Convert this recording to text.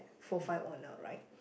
four five owner right